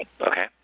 Okay